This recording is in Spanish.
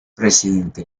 presidente